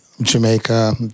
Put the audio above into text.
Jamaica